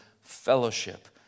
fellowship